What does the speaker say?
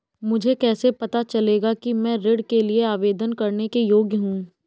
मुझे कैसे पता चलेगा कि मैं ऋण के लिए आवेदन करने के योग्य हूँ?